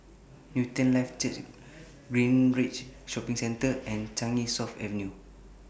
Newton Life Church Greenridge Shopping Centre and Changi South Avenue